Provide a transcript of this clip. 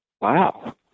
Wow